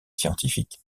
scientifiques